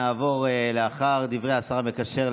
לאחר דברי השר המקשר,